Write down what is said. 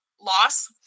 loss